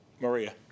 Maria